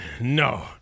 No